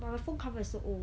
but my phone cover is so old